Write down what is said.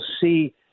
see